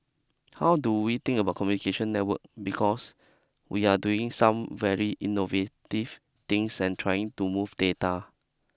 how do we think about communication network because we are doing some very innovative things and trying to move data